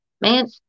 man